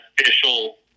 official